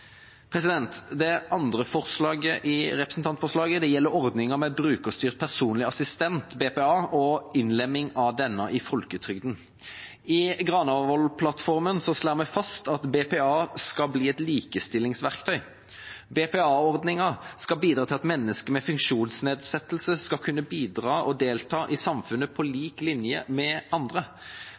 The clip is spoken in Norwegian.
Det andre forslaget i representantforslaget gjelder ordningen med brukerstyrt personlig assistent, BPA, og innlemming av denne i folketrygden. I Granavolden-plattformen slår vi fast at BPA skal bli et likestillingsverktøy. BPA-ordningen skal bidra til at mennesker med funksjonsnedsettelse skal kunne bidra og delta i samfunnet på lik linje med andre.